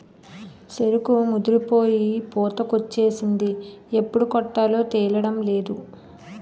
సెరుకు ముదిరిపోయి పూతకొచ్చేసింది ఎప్పుడు కొట్టాలో తేలడంలేదు